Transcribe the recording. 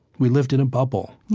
we lived in a bubble.